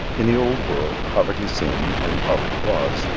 in the old world, poverty seemed, and poverty was,